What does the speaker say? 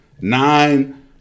Nine